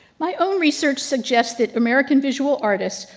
my own research suggests that american visual artists,